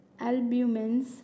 albumins